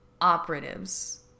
operatives